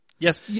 Yes